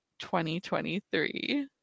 2023